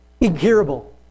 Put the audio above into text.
Incurable